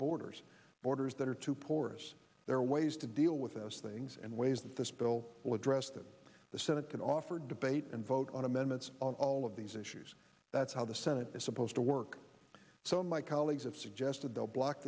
borders borders that are too porous there are ways to deal with those things and ways that this bill will address that the senate can offer debate and vote on amendments on all of these issues that's how the senate is supposed to work so my colleagues have suggested the block